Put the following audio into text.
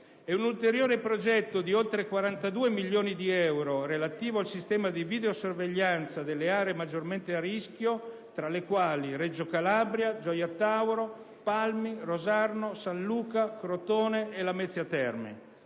e un ulteriore progetto di oltre 42 milioni di euro relativo al sistema di videosorveglianza delle aree maggiormente a rischio, tra le quali Reggio Calabria, Gioia Tauro, Palmi, Rosarno, San Luca, Crotone e Lamezia Terme.